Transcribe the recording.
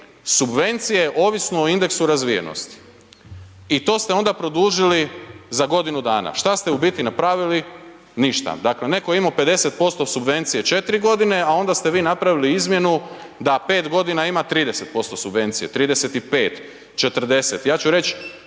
subvencije ovisno o indeksu razvijenosti i to ste onda produžili za godinu dana. Šta ste u biti napravili? Ništa. dakle. netko je imao 50% subvencije 4 g. a onda ste vi napravili izmjenu da 5 g. ima 30% subvencije, 35, 40, ja ću reć